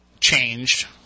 changed